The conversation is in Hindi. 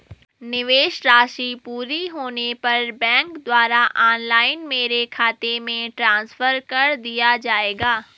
निवेश राशि पूरी होने पर बैंक द्वारा ऑनलाइन मेरे खाते में ट्रांसफर कर दिया जाएगा?